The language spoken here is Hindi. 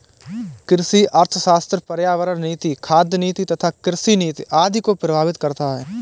कृषि अर्थशास्त्र पर्यावरण नीति, खाद्य नीति तथा कृषि नीति आदि को प्रभावित करता है